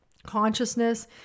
consciousness